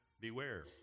beware